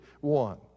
one